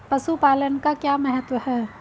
पशुपालन का क्या महत्व है?